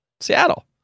Seattle